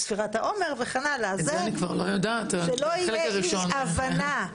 שלא יהיו אי הבנות,